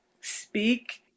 speak